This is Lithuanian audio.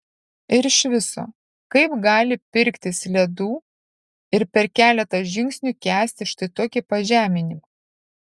ir iš viso kaip gali pirktis ledų ir per keletą žingsnių kęsti štai tokį pažeminimą